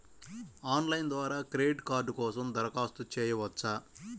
Online ద్వారా credit card కోసం దరఖాస్తు చేయవచ్చా?